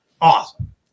awesome